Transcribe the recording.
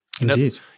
Indeed